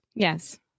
Yes